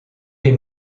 les